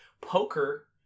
Poker